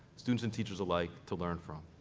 students and teachers alike, to learn from.